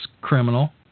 criminal